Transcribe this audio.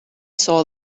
saw